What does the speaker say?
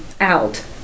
out